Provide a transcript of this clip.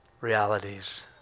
realities